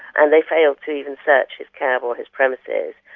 and they failed to even search his cab or his premises,